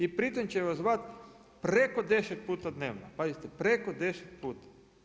I pritom će vas zvati preko 10 puta dnevno, pazite preko 10 puta.